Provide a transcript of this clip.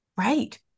Right